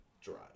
drive